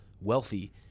wealthy